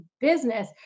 business